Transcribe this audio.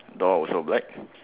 door also black